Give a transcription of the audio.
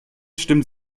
stimmt